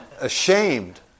ashamed